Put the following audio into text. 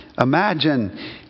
Imagine